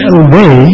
away